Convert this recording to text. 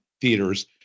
theaters